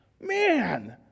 man